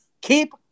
keep